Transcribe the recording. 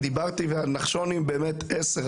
נחשון הם עשר,